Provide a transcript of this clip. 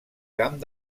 camp